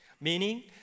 Meaning